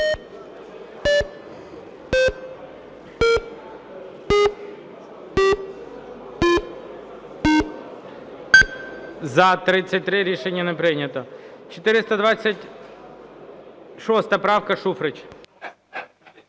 За-33 Рішення не прийнято. 426 правка. Шуфрич.